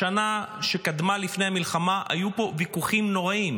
בשנה שקדמה למלחמה היו פה ויכוחים נוראיים,